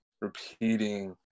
repeating